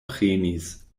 prenis